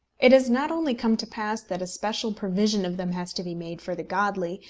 it has not only come to pass that a special provision of them has to be made for the godly,